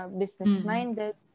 business-minded